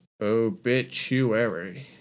Obituary